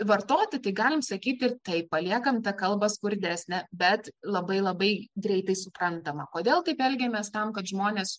vartoti tai galim sakyti taip paliekame tą kalbą skurdesnę bet labai labai greitai suprantamą kodėl taip elgiamės tam kad žmonės